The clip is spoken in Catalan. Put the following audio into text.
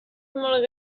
molt